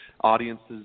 audiences